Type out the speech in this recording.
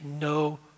no